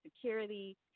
security